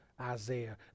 Isaiah